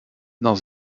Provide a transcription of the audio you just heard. dans